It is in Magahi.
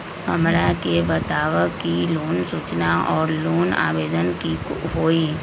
हमरा के बताव कि लोन सूचना और लोन आवेदन की होई?